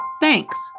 Thanks